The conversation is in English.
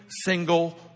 single